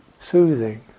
soothing